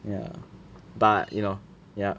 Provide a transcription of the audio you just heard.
ya but you know ya